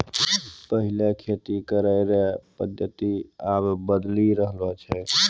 पैहिला खेती करै रो पद्धति आब बदली रहलो छै